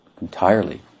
entirely